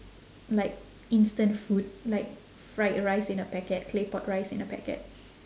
like instant food like fried rice in a packet claypot rice in a packet